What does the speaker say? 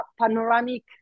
panoramic